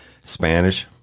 Spanish